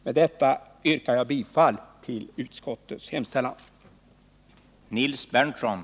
Med detta yrkar jag bifall till utskottets förslag.